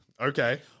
Okay